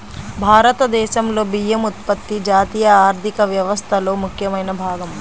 భారతదేశంలో బియ్యం ఉత్పత్తి జాతీయ ఆర్థిక వ్యవస్థలో ముఖ్యమైన భాగం